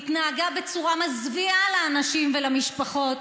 התנהגה בצורה מזוויעה לאנשים ולמשפחות,